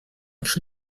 cri